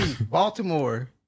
Baltimore